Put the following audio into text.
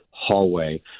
hallway